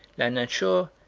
la nature,